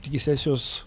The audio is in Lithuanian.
iki sesijos